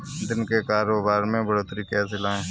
दिन के कारोबार में बढ़ोतरी कैसे लाएं?